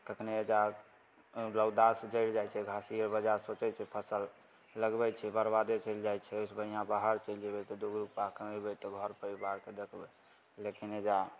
कखनी रौदासँ जड़ि जाइ छै घास ई आर वजहसँ फसल लगबय छियै बरबादे चलि जाइ छै ओइसँ बढ़िआँ बाहर चलि जेबय तऽ दू गो रूपा कमेबय तऽ घर परिवारके देखबै लेकिन एहिजाँ